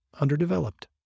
underdeveloped